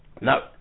no